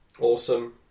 Awesome